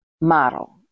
model